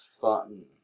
fun